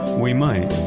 we might.